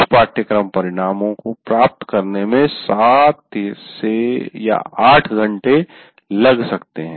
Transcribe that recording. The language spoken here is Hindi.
कुछ 'पाठ्यक्रम परिणामों' प्राप्त करने में 7 घंटे या 8 घंटे लग सकते हैं